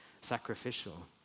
sacrificial